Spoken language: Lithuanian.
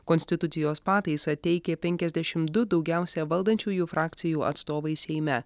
konstitucijos pataisą teikė penkiasdešimt du daugiausiai valdančiųjų frakcijų atstovai seime